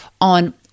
on